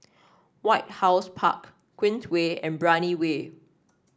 White House Park Queensway and Brani Way